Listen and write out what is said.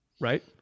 right